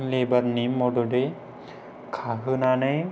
लेबारनि मददै खाहोनानै